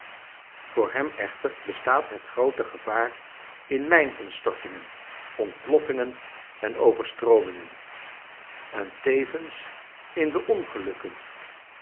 voor hem echter bestaat het groote gevaar in mijninstortingen ontploffingen en overstroomingen en tevens in de ongelukken